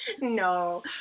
No